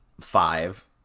five